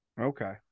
Okay